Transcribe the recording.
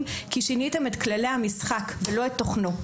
כי שיניתם את כללי המשחק ולא את תוכנו.